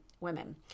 women